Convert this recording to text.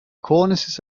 cornices